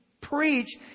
preached